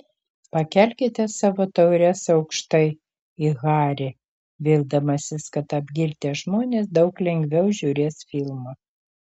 pakelkite savo taures aukštai į harį vildamasis kad apgirtę žmonės daug lengviau žiūrės filmą